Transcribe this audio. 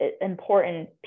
important